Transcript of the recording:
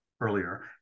earlier